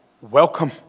Welcome